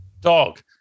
Dog